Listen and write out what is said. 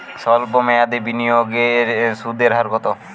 সল্প মেয়াদি বিনিয়োগে সুদের হার কত?